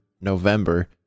November